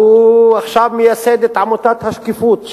הוא עכשיו מייסד את עמותת השקיפות,